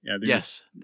Yes